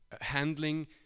handling